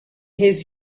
his